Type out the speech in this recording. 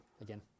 again